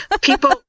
people